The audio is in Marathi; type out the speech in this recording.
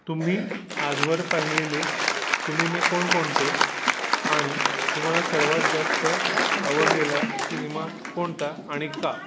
तुम्ही आजवर पाहिलेले सिनेमे कोणकोणते आणि तुम्हाला सर्वात जास्त आवडलेला सिनेमा कोणता आणि का